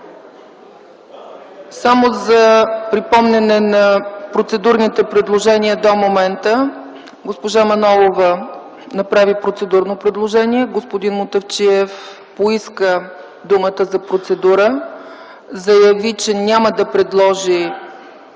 Само да припомня процедурните предложения до момента. Госпожа Манолова направи процедурно предложение. Господин Мутафчиев поиска думата за процедура – заяви, че няма да предложи